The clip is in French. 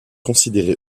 considérée